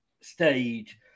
stage